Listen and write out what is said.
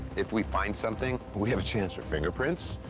if we find something, we have a chance for fingerprints.